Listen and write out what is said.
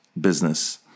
business